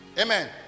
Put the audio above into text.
Amen